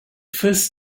first